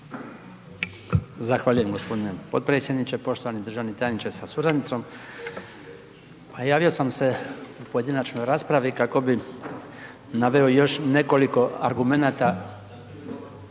Zahvaljujem g. potpredsjedniče, poštovani državni tajniče sa suradnicom. Pa javio sam se u pojedinačnoj raspravi kako bi naveo još nekoliko argumenata